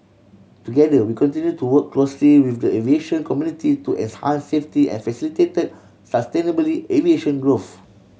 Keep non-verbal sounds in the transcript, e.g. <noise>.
together we continue to work closely with the aviation community to <unintelligible> safety and facilitate sustainably aviation growth